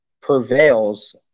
prevails